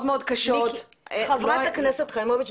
מאוד קשות לא --- חברת הכנסת חיימוביץ',